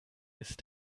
ist